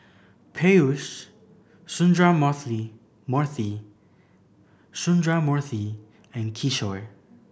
Peyush Sundramoorthy and Kishore